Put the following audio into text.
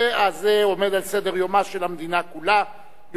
הצעות לסדר-היום מס' 7937 ו-7938 בנושא: